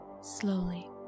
slowly